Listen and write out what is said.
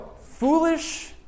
Foolish